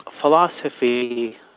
philosophy